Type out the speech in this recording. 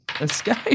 escape